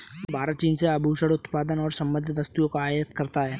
भारत चीन से आभूषण उत्पादों और संबंधित वस्तुओं का आयात करता है